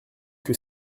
que